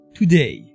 today